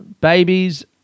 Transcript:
Babies